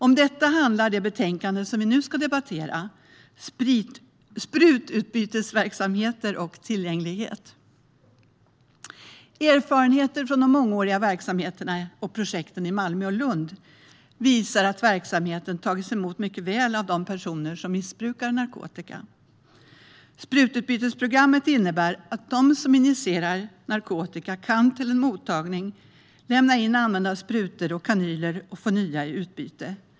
Om detta handlar det betänkande som vi nu ska debattera: sprututbytesverksamheter och tillgänglighet. Erfarenheter från de mångåriga verksamheterna och projekten i Malmö och Lund visar att verksamheten tagits emot mycket väl av de personer som missbrukar narkotika. Sprututbytesprogrammet innebär att de som injicerar narkotika kan lämna in använda sprutor och kanyler till en mottagning och få nya i utbyte.